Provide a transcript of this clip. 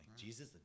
Jesus